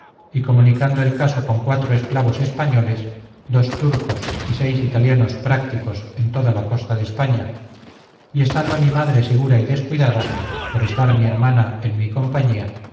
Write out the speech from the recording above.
y comunicando el caso con cuatro esclavos españoles dos turcos y seis italianos prácticos en toda la costa de españa y estando mi madre segura y descuidada por estar mi hermana en mi compañía